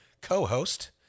co-host